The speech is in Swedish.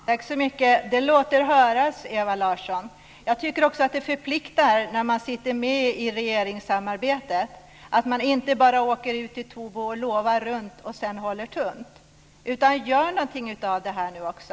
Herr talman! Det låter sig höras, Ewa Larsson. Jag tycker också att det förpliktar när man sitter med i regeringssamarbetet, att man inte bara åker ut till Tobo och lovar runt och sedan håller tunt. Gör någonting av detta nu också.